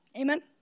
Amen